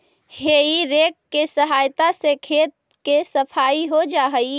हेइ rake के सहायता से खेत के सफाई हो जा हई